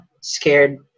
scared